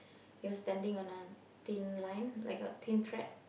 you're standing on a thin line like a thin thread